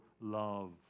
love